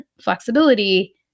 flexibility